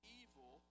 evil